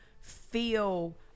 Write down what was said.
feel